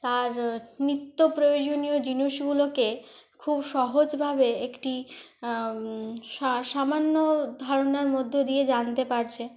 তার নিত্য প্রয়োজনীয় জিনিসগুলোকে খুব সহজভাবে একটি সামান্য ধারণার মধ্য দিয়ে জানতে পারছে